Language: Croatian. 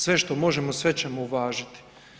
Sve što možemo, sve ćemo uvažiti.